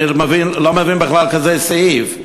אני לא מבין בכלל כזה סעיף.